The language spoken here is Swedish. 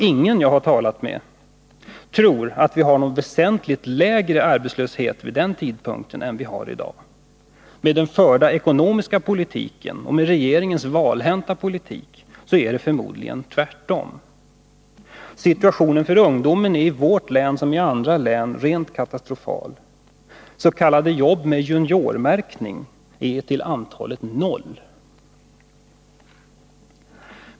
Ingen jag har talat med tror att vi har någon väsentligt lägre arbetslöshet vid den tidpunkten än vi har i dag. Med den förda ekonomiska politiken och med regeringens valhänta politik är det förmodligen tvärtom. Situationen för ungdomen är i vårt län som i andra län rent katastrofal. Jobb med s.k. juniormärkning är till antalet noll.